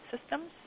systems